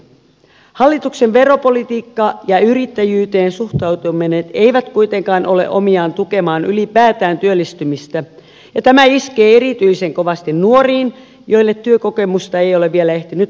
hallituksen veropolitiikka ja yrittäjyyteen suhtautuminen eivät kuitenkaan ole omiaan tukemaan ylipäätään työllistymistä ja tämä iskee erityisen kovasti nuoriin joille työkokemusta ei ole vielä ehtinyt karttua